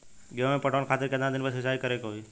गेहूं में पटवन खातिर केतना दिन पर सिंचाई करें के होई?